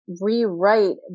rewrite